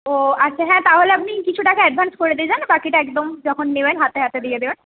ও আচ্ছা হ্যাঁ তাহলে আপনি কিছু টাকা অ্যাডভানস করে দিয়ে যান বাকিটা একদম যখন নেবেন হাতে হাতে দিয়ে দেবেন